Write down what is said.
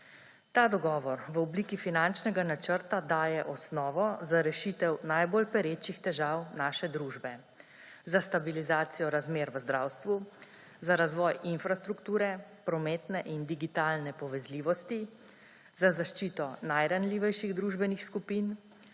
Ta dogovor v obliki finančnega načrta daje osnovo za rešitev najbolj perečih težav naše družbe: za stabilizacijo razmer v zdravstvu, za razvoj infrastrukture, prometne in digitalne povezljivosti, za zaščito najranljivejših družbenih skupin,